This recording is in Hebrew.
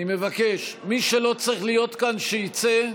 אני מבקש, מי שלא צריך להיות כאן, שיצא,